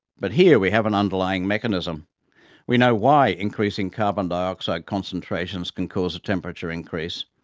but here we have an underlying mechanism we know why increasing carbon dioxide concentrations can cause a temperature increase.